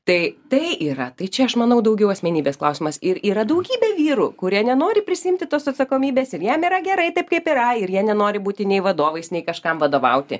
tai tai yra tai čia aš manau daugiau asmenybės klausimas ir yra daugybė vyrų kurie nenori prisiimti tos atsakomybės ir jam yra gerai taip kaip yra ir jie nenori būti nei vadovais nei kažkam vadovauti